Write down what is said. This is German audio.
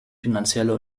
finanzielle